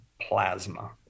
plasma